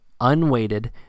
unweighted